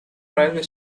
railway